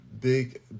Big